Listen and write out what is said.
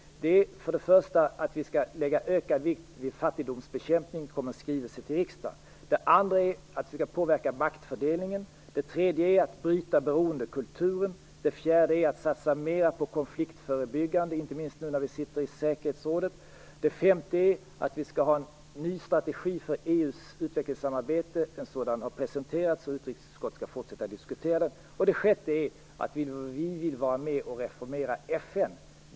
Det första är att vi skall lägga ökad vikt vid fattigdomsbekämpning. Det kommer en skrivelse till riksdagen. Det andra är att vi skall försöka påverka maktfördelningen. Det tredje är att bryta beroendekulturen. Det fjärde är att satsa mer på konfliktförebyggande, inte minst nu när vi sitter i säkerhetsrådet. Det femte är att vi skall ha en ny strategi för EU:s utvecklingssamarbete. En sådan har presenterats, och utrikesutskottet skall fortsätta diskutera den. Det sjätte är att vi vill vara med och reformera FN.